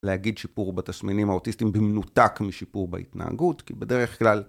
להגיד שיפור בתסמינים האוטיסטיים במנותק משיפור בהתנהגות כי בדרך כלל